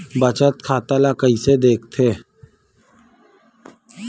बचत खाता ला कइसे दिखथे?